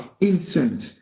incense